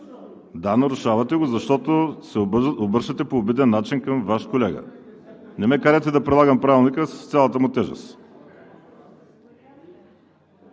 Да, нарушавате го, защото се обръщате по обиден начин към Ваш колега. Не ме карайте да прилагам Правилника с цялата му тежест!